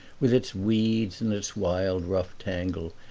with its weeds and its wild, rough tangle,